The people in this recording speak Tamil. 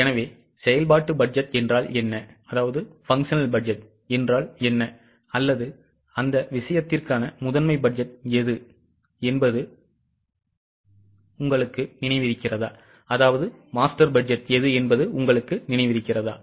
எனவே செயல்பாட்டு பட்ஜெட் என்றால் என்ன அல்லது அந்த விஷயத்திற்கான முதன்மை பட்ஜெட் எது என்பது உங்களுக்கு நினைவிருக்கிறதா